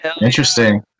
interesting